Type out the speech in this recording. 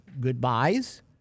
goodbyes